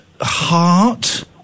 Heart